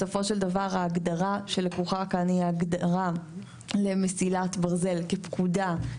בסופו של דבר ההגדרה שלקוחה כאן היא ההגדרה למסילת ברזל כפקודה,